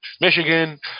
Michigan